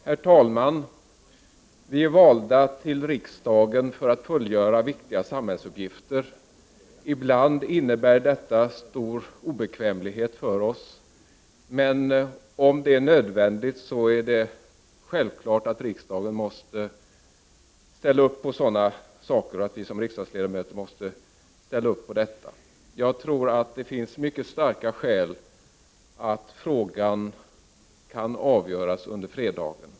Herr talman! Vi riksdagsledamöter är valda till riksdagen för att fullgöra viktiga samhällsuppgifter. Ibland innebär det stor obekvämlighet för oss. Men om det är nödvändigt måste vi riksdagsledamöter självfallet ställa upp på detta. Jag tror att det finns mycket starka skäl som talar för att frågan kan avgöras under fredagen.